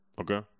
Okay